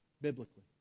Biblically